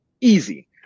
easy